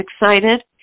excited